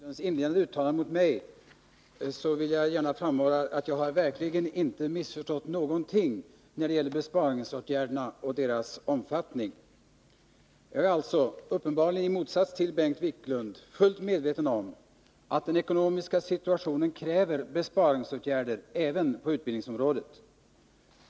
Herr talman! Med anledning av Bengt Wiklunds inledande uttalande som var riktat mot mig vill jag gärna framhålla att jag verkligen inte har missförstått någonting när det gäller sparåtgärderna och deras omfattning. Jag är alltså — uppenbarligen i motsats till Bengt Wiklund — fullt medveten om att den ekonomiska situationen kräver besparingsåtgärder även på utbildningsområdet.